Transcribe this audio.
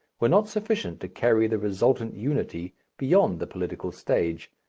were not sufficient to carry the resultant unity beyond the political stage.